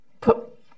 put